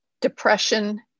depression